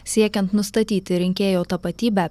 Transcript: siekiant nustatyti rinkėjo tapatybę